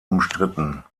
umstritten